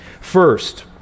First